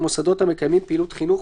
זאת הצעת חוק ממשלתית שמקדם משרד הרווחה.